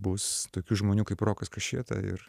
bus tokių žmonių kaip rokas kašėta ir